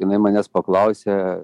jinai manęs paklausė